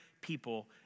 people